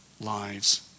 lives